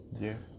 yes